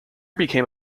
became